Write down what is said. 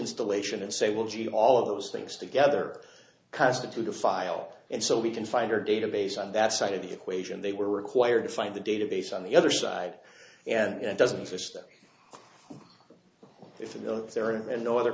installation and say well gee all of those things together constitute a file and so we can find our database on that side of the equation they were required to find the database on the other side and it doesn't interest them if you go there and no other